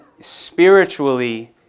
spiritually